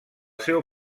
seu